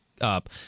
up